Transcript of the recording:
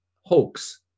hoax